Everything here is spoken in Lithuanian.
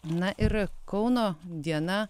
na ir kauno diena